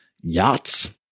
yachts